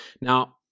Now